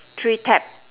three tap